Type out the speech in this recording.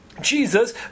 Jesus